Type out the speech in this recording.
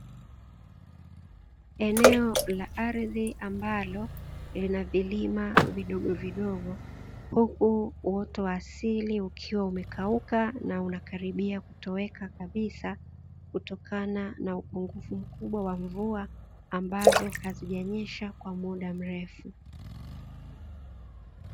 Eneo la ardhi ambalo lina vilima vidogovidogo, huku uoto wa asili ukiwa umekauka na unakaribia kutoweka kabisa, kutokana na upungufu mkubwa wa mvua ambazo hazijanyesha kwa muda mrefu.